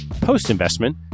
Post-investment